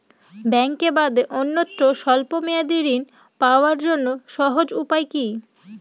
ব্যাঙ্কে বাদে অন্যত্র স্বল্প মেয়াদি ঋণ পাওয়ার জন্য সহজ উপায় কি?